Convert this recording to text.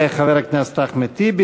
תודה לחבר הכנסת אחמד טיבי.